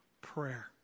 prayer